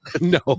No